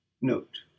note